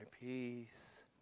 peace